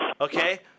Okay